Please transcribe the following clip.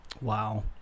Wow